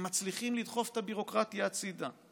אתם מצליחים לדחוף את הביורוקרטיה הצידה,